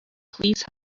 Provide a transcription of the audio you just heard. please